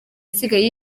asigaye